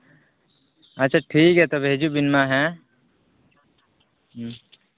ᱟᱪᱪᱷᱟ ᱴᱷᱤᱠ ᱜᱮᱭᱟ ᱛᱚᱵᱮ ᱦᱤᱡᱩᱜ ᱵᱤᱱ ᱢᱟ ᱦᱮᱸ ᱦᱮᱸ